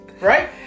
Right